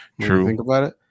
True